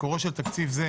מקורו של תקציב זה,